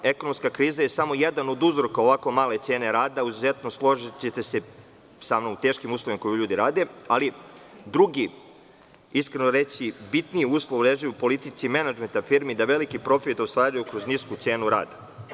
Ekonomska kriza je samo jedan od uzroka ovako male cene rada u izuzetno, složićete se sa mnom, u teškim uslovima u kojima ovi ljudi rade, ali drugi, iskreno reći bitniji uslov leži u politici menadžmenta firmi, da veliki profit ostvaruju kroz nisku cenu rada.